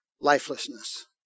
lifelessness